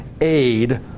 aid